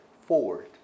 forward